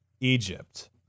Egypt